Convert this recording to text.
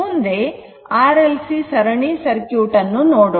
ಮುಂದೆ R L C ಸರಣಿ circuit ಅನ್ನು ನೋಡೋಣ